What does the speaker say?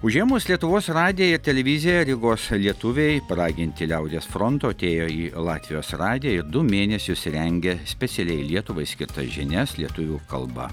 užėmus lietuvos radiją televiziją rygos lietuviai paraginti liaudies fronto atėjo į latvijos radiją ir du mėnesius rengė specialiai lietuvai skirtas žinias lietuvių kalba